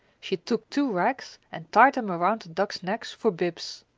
she took two rags and tied them around the ducks' necks for bibs.